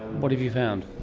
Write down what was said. what have you found?